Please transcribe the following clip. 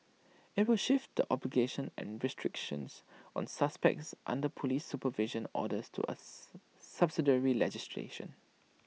IT will shift the obligations and restrictions on suspects under Police supervision orders to A subsidiary legislation